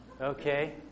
Okay